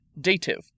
Dative